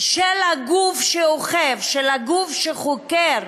של הגוף שאוכף, של הגוף שחוקר,